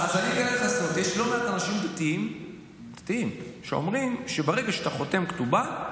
אז אגלה לך סוד: יש לא מעט אנשים דתיים שאומרים שברגע שאתה חותם כתובה,